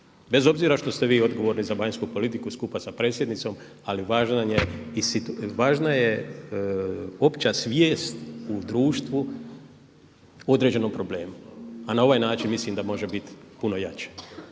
bez obzira što ste vi odgovorni za vanjsku politiku skupa sa predsjednicom ali važna je opća svijest u društvu o određenom problemu. A na ovaj način mislim da može biti puno jače.